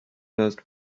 last